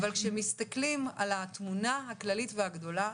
-- אבל כשמסתכלים על התמונה הכללית הגדולה,